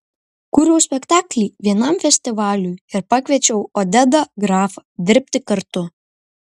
kūriau spektaklį vienam festivaliui ir pakviečiau odedą grafą dirbti kartu